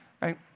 Right